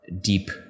deep